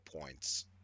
points